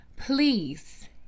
please